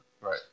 Right